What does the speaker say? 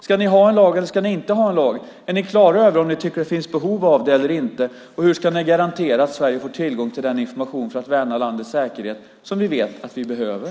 Ska ni ha en lag, eller ska ni inte ha en lag? Är ni klara över om ni tycker att det finns behov av en lag eller inte? Hur ska ni garantera att Sverige får tillgång till den information för att värna landets säkerhet som vi vet att vi behöver?